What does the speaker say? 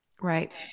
Right